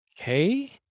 Okay